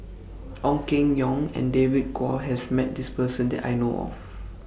Ong Keng Yong and David Kwo has Met This Person that I know of